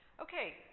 Okay